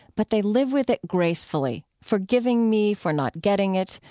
but they live with it gracefully, forgiving me for not getting it,